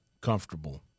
comfortable